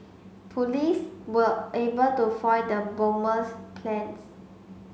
police were able to foil the bomber's plans